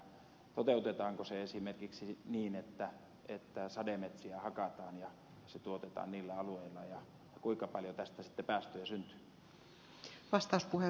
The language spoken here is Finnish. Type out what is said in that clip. toteutetaanko se esimerkiksi niin että sademetsiä hakataan ja se tuotetaan niillä alueilla ja kuinka paljon tästä sitten päästöjä syntyy